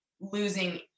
losing